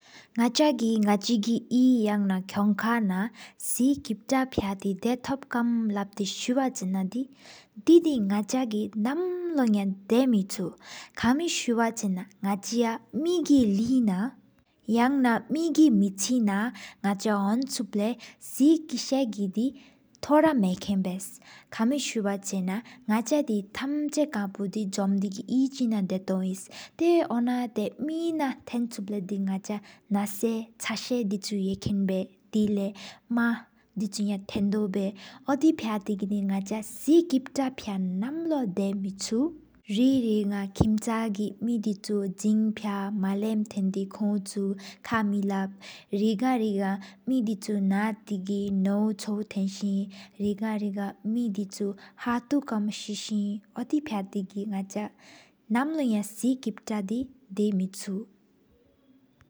ནག་ཆ་གི་ན་ཅི་གི་ཡེ་ཡ་ན་ཁྱོང་ཁ་ན། སེ་ཀེད་པ་ཕ་ཐེ་དེ་ཐོབ་ཀམ་ལབ་ཏེ་སུ་བ་ཚེ་ན། དེ་དི་ནག་ཆ་གི་ནམ་ལོ་ཡ་དེ་མེཆོ། ཀ་མི་སུ་བ་ཆེ་ན་ནག་ཆ་མེ་གི་ལེ་ན། ཡ་ན་མེ་གི་མེ་ཅི་ན་ནག་ཆ་ཧོན་ཆུ་ལེ། སེ་ཀེ་ས་དེ་གི་ཐོ་ར་མེཀེན་བེ། ཀ་མི་སུ་བ་སེ་ན་ན་ག་ཐམ་ཆ་ཟོམ་དེ་གི། ཡེ་གཅིག་ན་ད་ཏོའོ་ཨིན་ཏེ་ཨོ་ན་མེ་ན། མེ་ན་ཐེ་ཆུབ་ན་ནཱ་ས་ཆེན་བེ། ཏེ་དེ་ལེ་མཀེ་དི་ཆུ་ཡ་ཐེན་དོ་བེ། ཨོ་དེ་ཕྱ་ཐེ་གི་ནག་ཆ་སེ་ཀེབ་ཏ་ཕྱ་ཐེ་གི། ནམ་ལོ་ཡ་དེ་མེ་ཆུ་རེ་རེ་ག་ཀིམ་ཆ། གི་མེ་དི་ཆུ་ཟིང་ཕྱ་མ་ལམ་ཐེན་དི། ཁོའོ་ཆུ་ཁ་མེ་ལབ། རེ་ག་རེ་ག་མེ་དི་ཆུ་ནཽོ་ཆོ་ཐེ་སེ། རེ་ག་གེ་ར་མེ་དི་ཆུ་ཧ་ཐུབ་ཀམ་སི་ཤ། ཨོ་དེ་ཕྱ་ནག་ཆ་ནམ་ལོ་ཡ། སེ་ཀེད་པ་དི་དེཀ་མེ་ཆུ།